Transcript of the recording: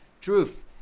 truth